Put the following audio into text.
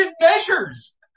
measures